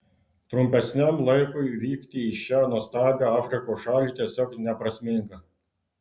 trumpesniam laikui vykti į šią nuostabią afrikos šalį tiesiog neprasminga